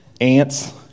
ants